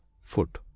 foot